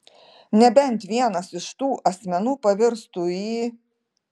nebent vienas iš tų asmenų pavirstų į